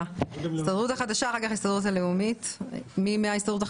ההסתדרות החדשה, בבקשה.